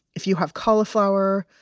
if you have cauliflower,